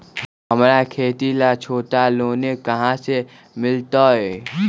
हमरा खेती ला छोटा लोने कहाँ से मिलतै?